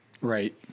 Right